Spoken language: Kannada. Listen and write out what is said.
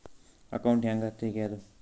ಅಕೌಂಟ್ ಹ್ಯಾಂಗ ತೆಗ್ಯಾದು?